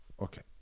Okay